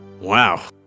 Wow